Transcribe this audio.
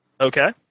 Okay